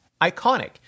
iconic